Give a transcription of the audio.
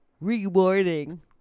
rewarding